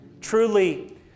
Truly